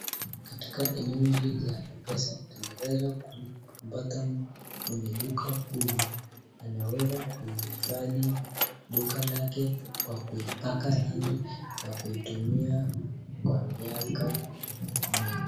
Katika eneo hili la mpesa, tunaweza kumpata mwenye duka huyu, ameweza kuhifadhi duka lake kwa kulipaka rangi ya kuitumia kwa miaka mingi.